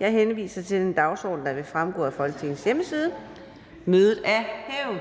Jeg henviser til den dagsorden, der vil fremgå af Folketingets hjemmeside. Mødet er hævet.